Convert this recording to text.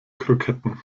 kroketten